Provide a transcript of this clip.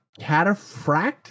cataphract